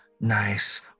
nice